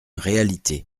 réalité